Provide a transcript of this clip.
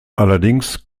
allerdings